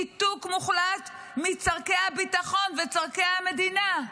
ניתוק מוחלט מצורכי הביטחון וצורכי המדינה.